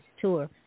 tour